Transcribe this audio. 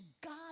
God